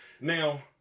Now